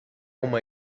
uma